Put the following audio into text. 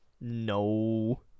No